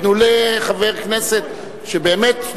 תנו לחבר כנסת שבאמת,